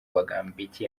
bagambiki